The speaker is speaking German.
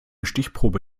stichprobe